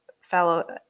fellow